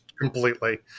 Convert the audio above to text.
completely